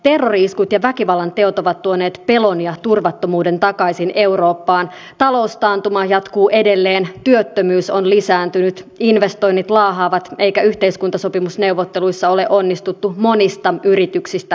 terrori iskut ja väkivallanteot ovat tuoneet pelon ja turvattomuuden takaisin eurooppaan taloustaantuma jatkuu edelleen työttömyys on lisääntynyt investoinnit laahaavat eikä yhteiskuntasopimusneuvotteluissa ole onnistuttu monista yrityksistä huolimatta